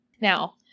Now